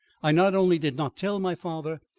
i not only did not tell my father,